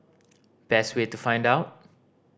best way to find out